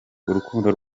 urukundo